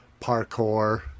parkour